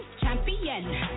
Champion